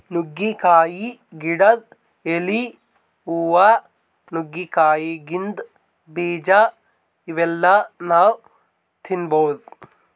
ನುಗ್ಗಿಕಾಯಿ ಗಿಡದ್ ಎಲಿ, ಹೂವಾ, ನುಗ್ಗಿಕಾಯಿದಾಗಿಂದ್ ಬೀಜಾ ಇವೆಲ್ಲಾ ನಾವ್ ತಿನ್ಬಹುದ್